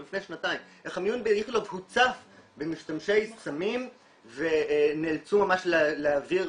הוצף במשתמשי סמים ונאלצו ממש להעביר